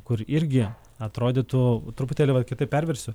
kur irgi atrodytų truputėlį va kitaip perversiu